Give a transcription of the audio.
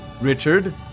Richard